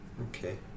Okay